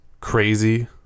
crazy